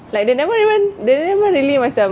like they never even they never really macam